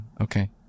Okay